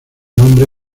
nombre